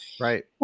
Right